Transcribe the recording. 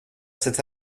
cet